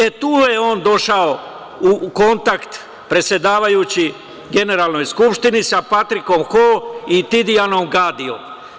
E, tu je on došao u kontakt, predsedavajući, Generalnoj skupštini, sa Patrikom Hoom i Tidijanom Gadijem.